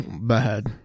Bad